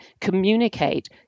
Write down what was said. communicate